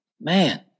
Man